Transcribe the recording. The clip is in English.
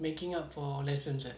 making up for lessons eh